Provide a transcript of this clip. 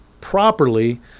properly